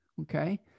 okay